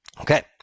okay